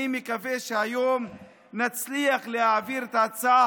אני מקווה שהיום נצליח להעביר את ההצעה